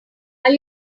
are